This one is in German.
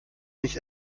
nicht